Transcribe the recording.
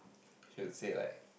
she would say like